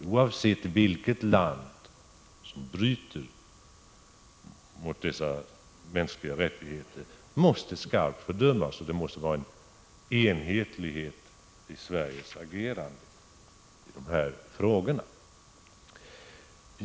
Oavsett vilket land det är som bryter mot de mänskliga rättigheterna måste det skarpt fördömas, och det måste vara enhetlighet i Sveriges agerande i dessa frågor.